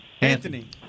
Anthony